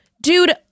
Dude